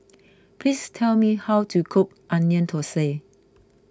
please tell me how to cook Onion Thosai